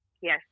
Yes